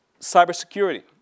cybersecurity